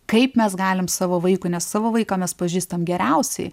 kaip mes galim savo vaikui nes savo vaiką mes pažįstam geriausiai